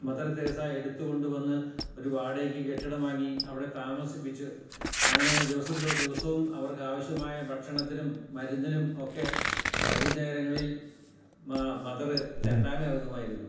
mother Teresa എടുത്ത് കൊണ്ടുവന്ന് ഒരു വാടകയ്ക്ക് കെട്ടിടം വാങ്ങി അവിടെ താമസിപ്പിച്ചു അങ്ങനെ ദിവസം തോറും ദിവസവും അവർക്ക് അവശ്യമായ ഭക്ഷണത്തിനും മരുന്നിനും ഒക്കെ വൈകുന്നേരങ്ങളിൽ മദറ് തെണ്ടാനിറങ്ങുമായിരുന്നു